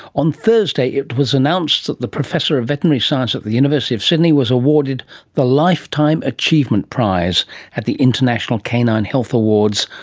on thursday it was announced that the professor of veterinary science at the university of sydney was awarded the lifetime achievement prize at the international canine health awards,